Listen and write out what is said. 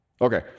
Okay